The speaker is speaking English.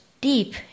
deep